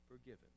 forgiven